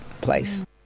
place